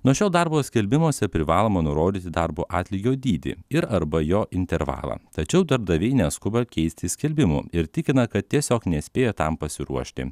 nuo šiol darbo skelbimuose privaloma nurodyti darbo atlygio dydį ir arba jo intervalą tačiau darbdaviai neskuba keisti skelbimų ir tikina kad tiesiog nespėja tam pasiruošti